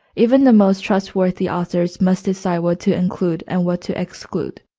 even the most trustworthy authors must decide what to include and what to exclude.